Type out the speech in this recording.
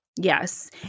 Yes